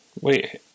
Wait